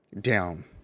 down